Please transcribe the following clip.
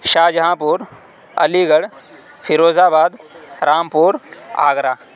شاہ جہاں پور Aligarh Firozabad Rampur Agra